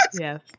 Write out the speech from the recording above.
Yes